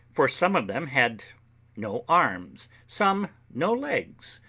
for some of them had no arms, some no legs,